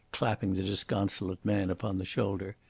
clapping the disconsolate man upon the shoulder.